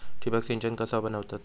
ठिबक सिंचन कसा बनवतत?